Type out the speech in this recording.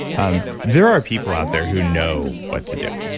um there are people out there who know what to do,